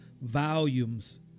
volumes